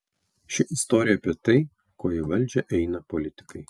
ši istorija apie tai ko į valdžią eina politikai